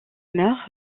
meurt